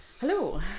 Hello